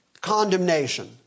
Condemnation